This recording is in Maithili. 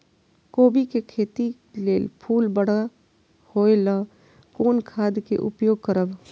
कोबी के खेती लेल फुल बड़ा होय ल कोन खाद के उपयोग करब?